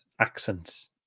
accents